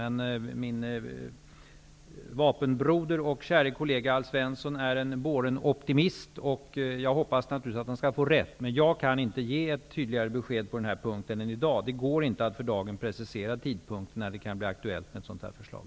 Men min vapenbroder och käre kollega Alf Svensson är en boren optimist. Jag hoppas naturligtvis att han får rätt. Jag kan dock inte ge ett tydligare besked på den här punkten än vad jag i dag har gett. Det går alltså inte att för dagen precisera tidpunkten för när det kan bli aktuellt med ett sådant här förslag.